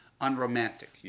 unromantic